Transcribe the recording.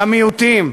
למיעוטים,